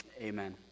amen